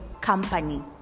company